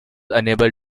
unable